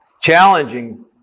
challenging